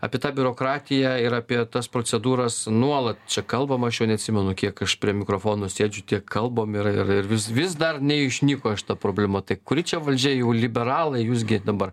apie tą biurokratiją ir apie tas procedūras nuolat čia kalbama aš jau neatsimenu kiek aš prie mikrofono sėdžiu tiek kalbam ir ir ir vis vis dar neišnyko šita problema tai kuri čia valdžia jau liberalai jūs gi dabar